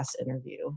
interview